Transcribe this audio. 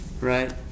right